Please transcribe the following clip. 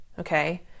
Okay